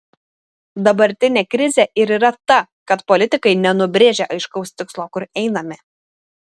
dabartinė krizė ir yra ta kad politikai nenubrėžia aiškaus tikslo kur einame